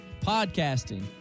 podcasting